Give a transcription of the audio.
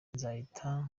nzahita